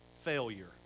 failure